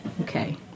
Okay